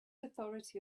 authority